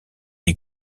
est